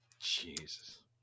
jesus